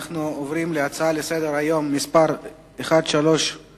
אנו עוברים להצעה לסדר-היום מס' 1318: